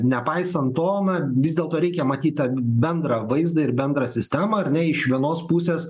nepaisant to na vis dėlto reikia matyt tą bendrą vaizdą ir bendrą sistemą ar ne iš vienos pusės